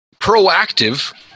proactive